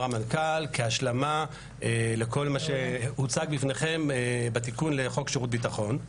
המנכ"ל כהשלמה לכל מה שהוצג בפניכם בתיקון לחוק שירות ביטחון.